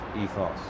ethos